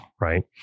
right